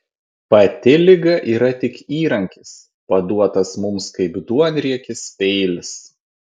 pati liga yra tik įrankis paduotas mums kaip duonriekis peilis